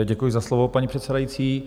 Děkuji za slovo, paní předsedající.